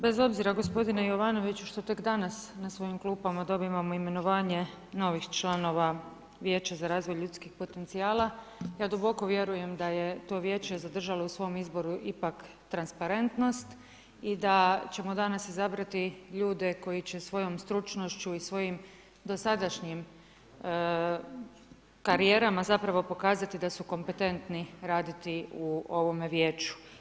Bez obzira gospodine Jovanoviću što tek dana na svojim klupama dobivamo imenovanje novih članova Vijeća za razvoj ljudskih potencijala, ja duboko vjerujem daje to vijeće zadržalo u svom izboru ipak transparentnost i da ćemo danas izabrati ljude koji će svojom stručnošću i svojim dosadašnjim karijerama zapravo pokazati da su kompetentni raditi u ovome vijeću.